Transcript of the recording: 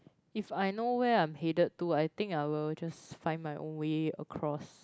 if I know where I'm hated to I think I will just find my way across